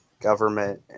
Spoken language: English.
government